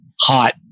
hot